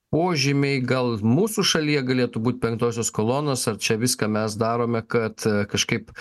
požymiai gal mūsų šalyje galėtų būt penktosios kolonos ar čia viską mes darome kad kažkaip